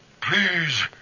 Please